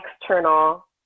external